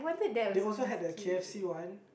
they also had the K_F_C one